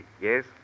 Yes